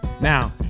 Now